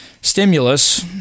stimulus